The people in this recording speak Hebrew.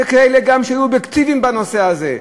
לאחר שגם כאלה שהיו אובייקטיביים בנושא הזה,